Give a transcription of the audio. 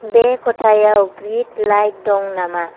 बे खथायाव green light दं नामा